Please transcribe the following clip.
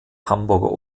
hamburger